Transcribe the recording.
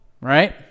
right